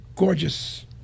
Gorgeous